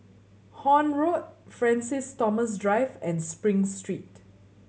Horne Road Francis Thomas Drive and Spring Street